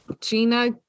gina